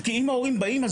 כי אם ההורים באים,